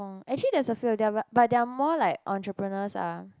actually there's a field they are like but they are more like entrepreneurs ah